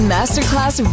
Masterclass